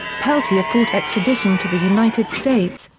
peltier fought extradition to the united states,